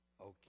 okay